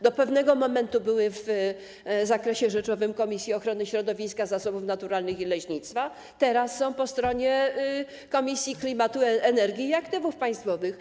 Do pewnego momentu były w zakresie rzeczowym Komisji Ochrony Środowiska, Zasobów Naturalnych i Leśnictwa, teraz są po stronie Komisji do Spraw Klimatu, Energii i Aktywów Państwowych.